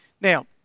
Now